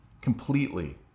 completely